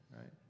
Right